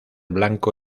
blanco